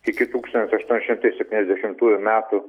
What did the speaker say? iki tūkstantis aštuoni šimtai septyniasdešimtųjų metų